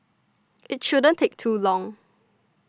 it shouldn't take too long